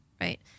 right